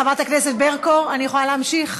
חברת הכנסת ברקו, אני יכולה להמשיך?